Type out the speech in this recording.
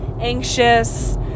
anxious